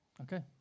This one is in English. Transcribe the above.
Okay